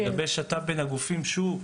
לגבי שת"פ בין הגופים שוב,